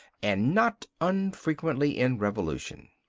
and not unfrequently in revolution.